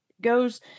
goes